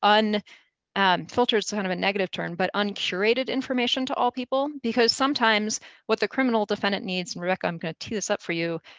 and filter's kind of a negative term, but uncurated information to all people because sometimes what the criminal defendant needs, and rebecca, i'm gonna tee this up for you,